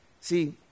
See